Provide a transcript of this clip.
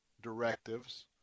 directives